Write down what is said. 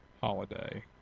holiday